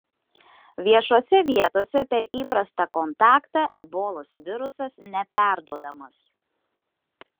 viešose vietose per įprastą kontaktą ebolos virusas neperduodamas